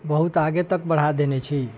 बहुत आगे तक बढ़ा देने छी